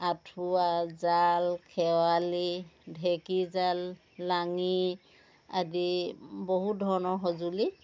আঠুৱা জাল খেৱালি ঢেকীজাল লাঙি আদি বহুত ধৰণৰ সঁজুলি